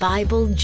Bible